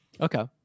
okay